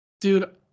Dude